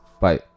Bye